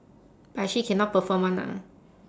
but actually cannot perform [one] ah